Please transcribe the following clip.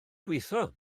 gweithio